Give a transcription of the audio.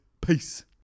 Peace